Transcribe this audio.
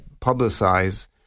publicize